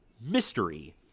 mystery